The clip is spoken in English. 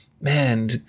Man